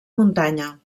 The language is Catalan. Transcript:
muntanya